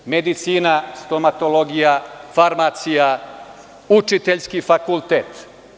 To su medicina, stomatologija, farmacija, učiteljski fakultet.